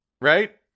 right